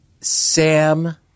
Sam